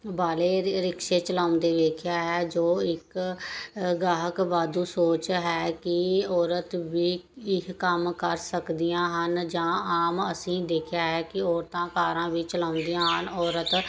ਵਾਲੇ ਰਿਕਸ਼ੇ ਚਲਾਉਂਦੇ ਵੇਖਿਆ ਹੈ ਜੋ ਇੱਕ ਗਾਹਕ ਵਾਧੂ ਸੋਚਦਾ ਹੈ ਕਿ ਔਰਤ ਵੀ ਇੱਕ ਕੰਮ ਕਰ ਸਕਦੀਆਂ ਹਨ ਜਾਂ ਆਮ ਅਸੀਂ ਦੇਖਿਆ ਕਿ ਔਰਤਾਂ ਕਾਰਾਂ ਵੀ ਚਲਾਉਂਦੀਆਂ ਹਨ ਔਰਤ